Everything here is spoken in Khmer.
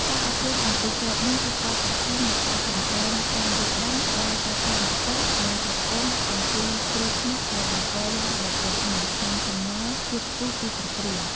ការអប់រំអំពីគ្រាប់មីន គឺផ្ដោតសំខាន់លើការ បង្កើនការយល់ដឹង ដល់សិស្សានុសិស្ស និងសហគមន៍អំពីគ្រោះថ្នាក់ដែលបង្កឡើងដោយគ្រាប់មីន និងសំណល់ជាតិផ្ទុះពីសង្គ្រាម។